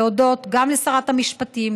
להודות לשרת המשפטים,